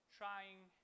trying